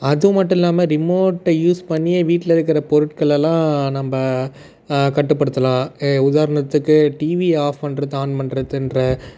அது மட்டுல்லாமல் ரிமோட்டை யூஸ் பண்ணியே வீட்டில் இருக்கிற பொருட்களெல்லாம் நம்ப கட்டுப்படுத்தலாம் உதாரணத்துக்கு டிவியை ஆஃப் பண்ணுறது ஆன் பண்ணுறதுன்ற